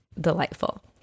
delightful